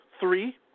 three